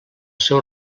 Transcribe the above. seu